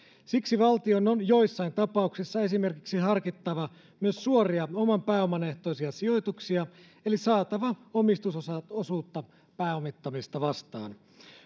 siksi valtion on joissain tapauksissa esimerkiksi harkittava myös suoria oman pääoman ehtoisia sijoituksia eli saatava omistusosuutta pääomittamista vastaan